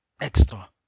extra